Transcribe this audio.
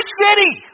city